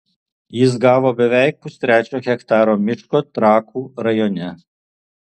jis gavo beveik pustrečio hektaro miško trakų rajone